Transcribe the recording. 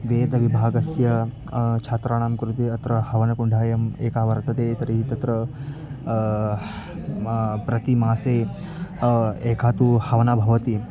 वेदविभागस्य छात्राणां कृते अत्र हवनकुण्डम् एकं वर्तते तर्हि तत्र म प्रतिमासे एकं तु हवनं भवति